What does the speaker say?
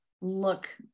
look